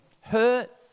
hurt